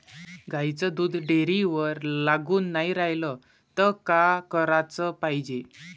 गाईचं दूध डेअरीवर लागून नाई रायलं त का कराच पायजे?